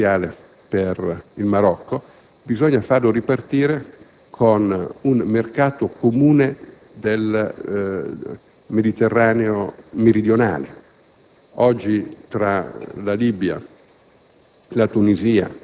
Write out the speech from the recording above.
con una eccezione parziale per il Marocco. Bisogna farlo ripartire, realizzando un mercato comune del Mediterraneo meridionale. Oggi, tra la Libia,